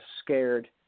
scared